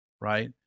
right